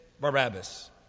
Barabbas